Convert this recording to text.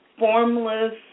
Formless